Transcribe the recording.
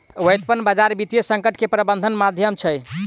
व्युत्पन्न बजार वित्तीय संकट के प्रबंधनक माध्यम छै